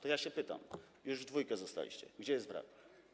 To ja się pytam - już w dwójkę zostaliście - gdzie jest wrak.